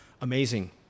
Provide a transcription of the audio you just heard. amazing